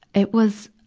it was,